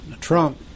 Trump